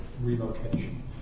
relocation